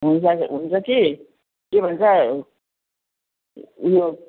हुन्छ कि हुन्छ कि के भन्छ यो